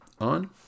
on